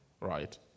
right